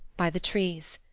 by the trees.